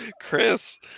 Chris